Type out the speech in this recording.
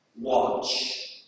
Watch